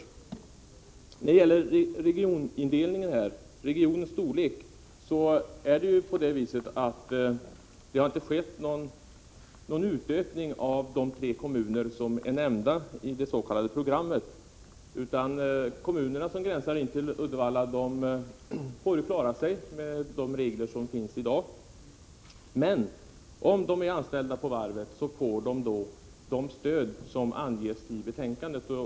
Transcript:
I fråga om regionindelningen och regionens storlek har det ju inte skett någon utökning av de tre kommuner som är nämnda i det s.k. programmet. De kommuner som gränsar till Uddevalla får klara sig med de regler som finnsi dag. Men de personer som är anställda på varvet får de stöd som angesi betänkandet.